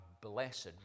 blessed